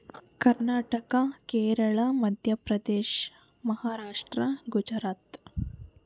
Karnataka Kerala Madhya Pradesh Maharashtra Gujarat